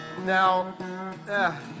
Now